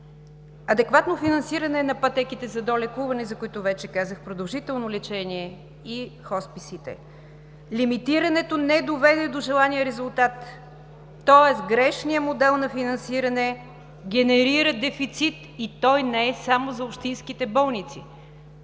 Адекватно финансиране на пътеките за долекуване, за които вече казах – продължително лечение и хосписите. Лимитирането не доведе до желания резултат, тоест грешният модел на финансиране генерира дефицит и той не е само за общинските болници.